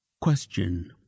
question